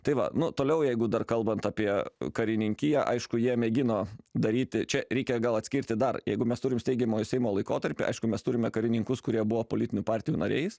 tai va nu toliau jeigu dar kalbant apie karininkiją aišku jie mėgino daryti čia reikia gal atskirti dar jeigu mes turim steigiamojo seimo laikotarpį aišku mes turime karininkus kurie buvo politinių partijų nariais